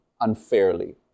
unfairly